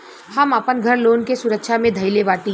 हम आपन घर लोन के सुरक्षा मे धईले बाटी